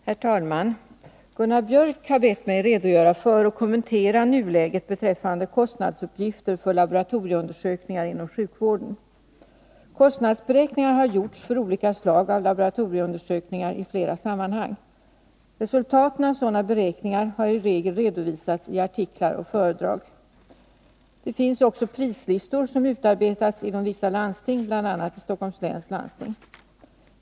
Herr talman! Gunnar Biörck i Värmdö har bett mig redogöra för och kommentera nuläget beträffande kostnadsuppgifter för laboratorieundersökningar inom sjukvården. Kostnadsberäkningar har gjorts för olika slag av laboratorieundersökningar i flera sammanhang. Resultaten av sådana beräkningar har i regel redovisats i artiklar och föredrag. Det finns också prislistor som utarbetas inom vissa landsting, bl.a. i Stockholms läns landsting.